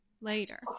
later